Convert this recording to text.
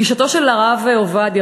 גישתו של הרב עובדיה,